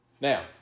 Now